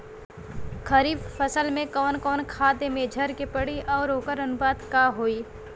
खरीफ फसल में कवन कवन खाद्य मेझर के पड़ी अउर वोकर अनुपात का होई?